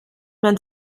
man